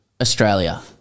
Australia